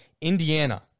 Indiana